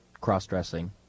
cross-dressing